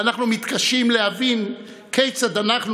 ואנחנו מתקשים להבין כיצד אנחנו,